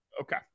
Okay